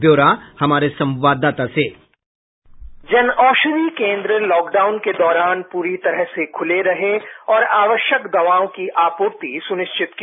ब्यौरा हमारे संवाददाता से बाइट जन औषधि केंद्र लॉकडाउन केदौरान पूरी तरह से खुले रहे और आवश्यक दवाओं कीआपूर्ति सुनिश्चित की